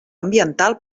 ambiental